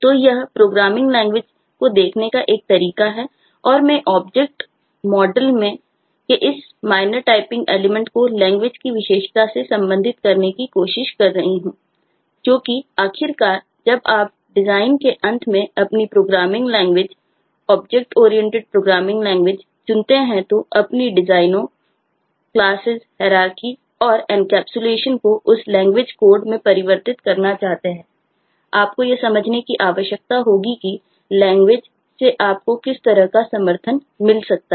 तो यह programming language से आपको किस तरह का समर्थन मिल सकता है